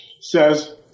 says